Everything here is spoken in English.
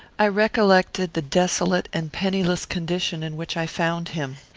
i recollected the desolate and penniless condition in which i found him,